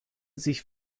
sich